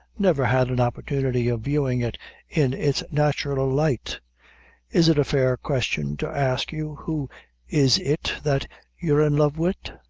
never had an opportunity of viewing it in it's natural light is it a fair question to ask you who is it that you're in love wid?